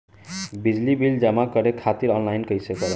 बिजली बिल जमा करे खातिर आनलाइन कइसे करम?